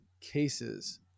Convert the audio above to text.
cases